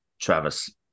Travis